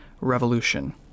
revolution